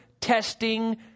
testing